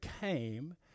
came